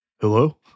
Hello